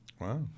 Wow